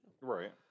Right